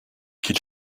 qu’il